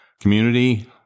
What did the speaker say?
community